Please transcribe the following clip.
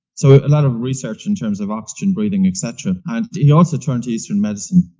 so a lot of research in terms of oxygen, breathing, etc, and he also turned to eastern medicine.